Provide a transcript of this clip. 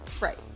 right